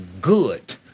good